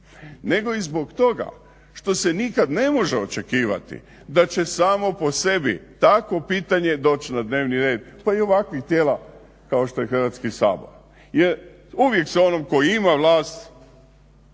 nego i zbog toga što se nikad ne može očekivati da će samo po sebi takvo pitanje doći na dnevni red pa i ovakvih tijela kao što je Hrvatski sabor. Jer uvijek se onom tko ima vlast,